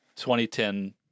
2010